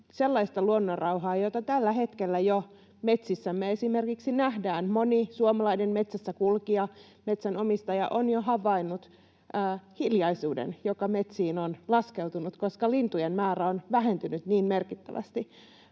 sellaista luonnonrauhaa, jota jo tällä hetkellä esimerkiksi metsissämme nähdään. Moni suomalainen metsässä kulkija, metsänomistaja on jo havainnut hiljaisuuden, joka metsiin on laskeutunut, koska lintujen määrä on vähentynyt niin merkittävästi.